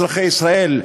אזרחי ישראל,